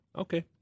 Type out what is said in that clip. Okay